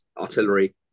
artillery